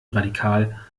radikal